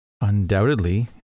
Undoubtedly